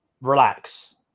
relax